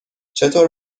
چطور